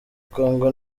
kongo